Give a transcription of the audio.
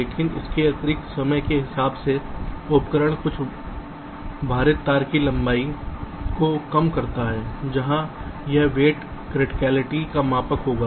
लेकिन इसके अतिरिक्त समय के हिसाब से उपकरण कुल भारित तार की लंबाई को भी कम कर सकता है जहाँ यह वेट कृतिकालिटी का मापक होगा